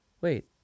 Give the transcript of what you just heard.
wait